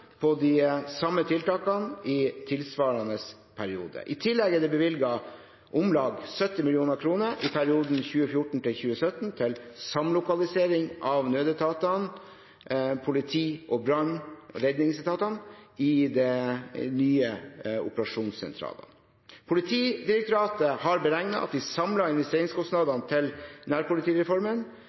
på de samme tiltakene i tilsvarende periode. I tillegg er det bevilget om lag 70 mill. kr i perioden 2014–2017 til samlokalisering av nødetatene, politi, brann- og redningsetatene, i de nye operasjonssentralene. Politidirektoratet har beregnet at de samlede investeringskostnadene til nærpolitireformen